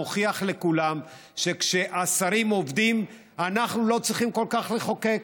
מוכיח לכולם שכשהשרים עובדים אנחנו לא צריכים כל כך לחוקק,